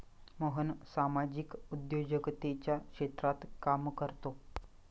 मोहन सामाजिक उद्योजकतेच्या क्षेत्रात काम करतो